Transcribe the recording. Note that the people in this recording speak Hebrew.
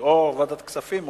או ועדת כספים,